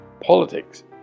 politics